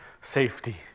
safety